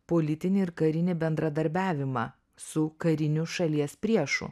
politinį ir karinį bendradarbiavimą su kariniu šalies priešu